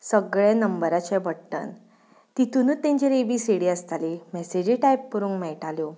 सगळे नंबराचे बट्टन तितुनूत तेंचेर ए बी सी डी आसताली मॅसेजी टायप करूंक मेळटाल्यो